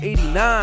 89